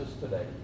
today